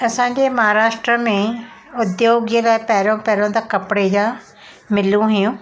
असांजे महाराष्ट्र में उद्योग जे लाइ पहिरियों पहिरियों त कपिड़े जा मिलूं हुयूं